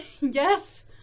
Yes